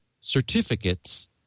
certificates